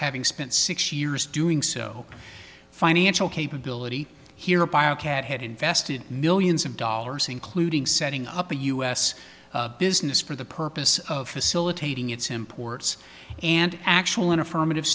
having spent six years doing so financial capability here by a cat had invested millions of dollars including setting up a u s business for the purpose of facilitating its imports and actual and affirmative